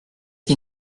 qui